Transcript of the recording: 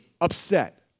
upset